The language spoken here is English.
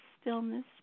stillness